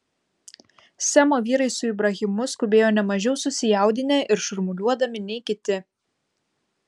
semo vyrai su ibrahimu skubėjo ne mažiau susijaudinę ir šurmuliuodami nei kiti